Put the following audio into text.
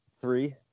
three